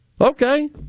Okay